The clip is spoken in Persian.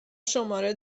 شماره